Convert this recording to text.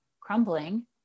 crumbling